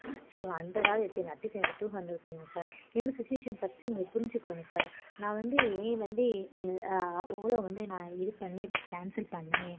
so ஒரு ஹண்ட்ரடாவது எடுத்துக்கோங்க அட்லீஸ்ட் எனக்கு டூ ஹண்ட்ரட் கொடுங்க சார் என்னோடய சுச்சுவேஷன் ஃபஸ்ட்டு நீங்கள் புரிஞ்சிக்கோங்க சார் நான் வந்து ஏன் வந்து ஓலோ வந்து நான் இது பண்ணி கேன்சல் பண்ணி